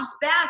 back